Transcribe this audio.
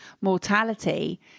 mortality